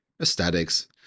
aesthetics